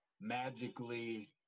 magically